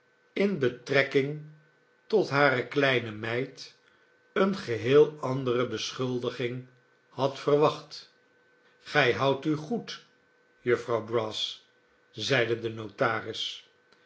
in betrekking tot hare kleine meid eene geheel andere beschuldiging had verwacht gij houdt u goed jufvrouw brass zeide de notaris